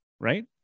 right